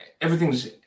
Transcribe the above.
everything's